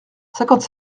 cinquante